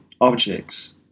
objects